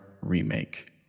Remake